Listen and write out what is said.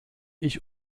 ich